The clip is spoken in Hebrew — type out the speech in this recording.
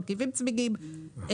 מרכיבים צמיגים,